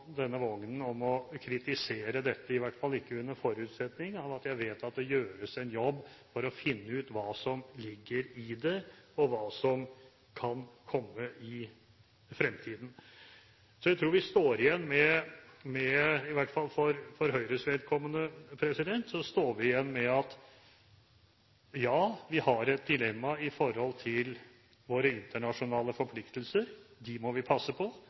denne vognen med å kritisere dette, i hvert fall ikke under forutsetning av at jeg vet at det gjøres en jobb for å finne ut hva som ligger i det, og hva som kan komme i fremtiden. Jeg tror vi – i hvert fall for Høyres vedkommende – står igjen med at ja, vi har et dilemma når det gjelder våre internasjonale forpliktelser. Dem må vi passe på.